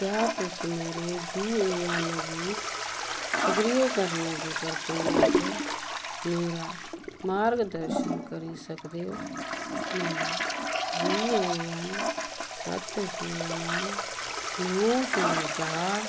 क्या तुस मेरे यू ए एन गी सक्रिय करने दी प्रक्रिया च मेरा मार्गदर्शन करी सकदे ओ मेरा यू ए एन सत्त छे नौ नौ छे चार